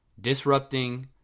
Disrupting